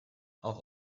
auch